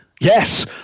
Yes